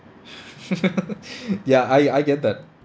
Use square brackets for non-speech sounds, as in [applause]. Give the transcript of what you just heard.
[laughs] ya I I get that